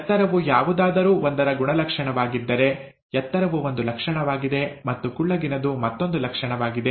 ಎತ್ತರವು ಯಾವುದಾದರೂ ಒಂದರ ಗುಣಲಕ್ಷಣವಾಗಿದ್ದರೆ ಎತ್ತರವು ಒಂದು ಲಕ್ಷಣವಾಗಿದೆ ಮತ್ತು ಕುಳ್ಳಗಿನದು ಮತ್ತೊಂದು ಲಕ್ಷಣವಾಗಿದೆ